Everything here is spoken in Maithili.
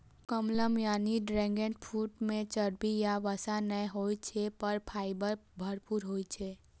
कमलम यानी ड्रैगन फ्रूट मे चर्बी या वसा नै होइ छै, पर फाइबर भरपूर होइ छै